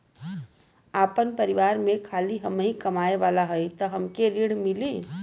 आपन परिवार में खाली हमहीं कमाये वाला हई तह हमके ऋण मिली?